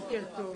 בוקר טוב